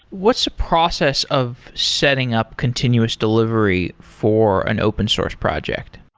what's the process of setting up continuous delivery for an open source project?